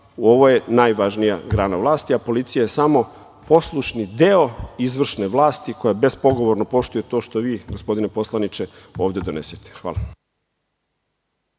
Ovo je najvažnija grana vlasti, a policija je samo poslušni deo izvršne vlasti, koja bespogovorno poštuje to što vi, gospodine poslaniče, ovde donesete. Hvala.